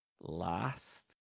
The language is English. last